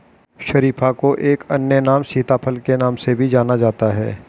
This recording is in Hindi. शरीफा को एक अन्य नाम सीताफल के नाम से भी जाना जाता है